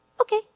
okay